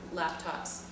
laptops